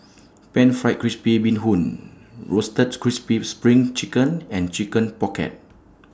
Pan Fried Crispy Bee Hoon Roasted Crispy SPRING Chicken and Chicken Pocket